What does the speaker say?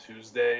Tuesday